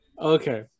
okay